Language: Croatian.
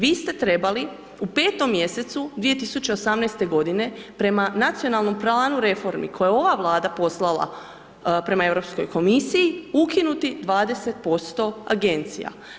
Vi ste trebali u 5. mjesecu 2018. godine prema nacionalnom planu reformi koje je ova Vlada poslala prema Europskoj komisiji ukinuti 20% agencija.